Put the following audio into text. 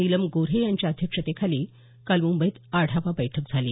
नीलम गोऱ्हे यांच्या अध्यक्षतेखाली काल मुंबईत आढावा बैठक झाली